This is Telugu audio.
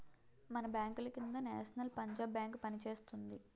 మన బాంకుల కింద నేషనల్ పంజాబ్ బేంకు పనిచేస్తోంది